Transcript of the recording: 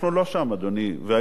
והיית פעם שר התקשורת.